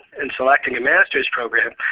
in selecting a master's program,